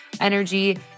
energy